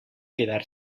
quedar